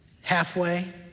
halfway